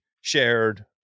shared